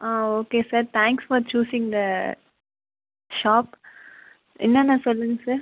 ah okay sir thanks for choosing the shop என்னென்ன சொல்லுங்கள் sir